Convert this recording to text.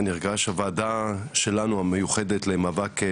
אני נרגש, הוועדה שלנו המיוחדת למאבק,